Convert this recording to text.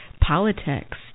politics